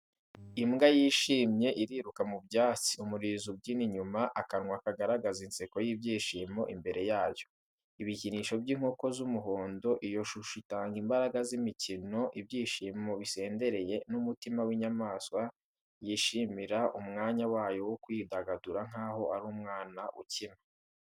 Imbwa yishimye iriruka mu byatsi, umurizo ubyina inyuma, akanwa kagaragaza inseko y’ibyishimo. Imbere yayo, ibikinisho by'inkoko z'umuhondo. Iyo shusho itanga imbaraga z'imikino, ibyishimo bisendereye n'umutima w’inyamaswa yishimira umwanya wayo wo kwidagadura nkaho ari umwana ukina.